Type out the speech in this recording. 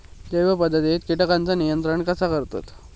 जैव पध्दतीत किटकांचा नियंत्रण कसा करतत?